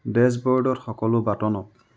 ডেছবৰ্ডত সকলো বাটনত